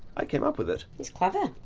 i came up with it. it's clever.